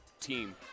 team